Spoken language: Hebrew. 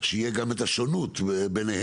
שתהיה גם את השונות ביניהן,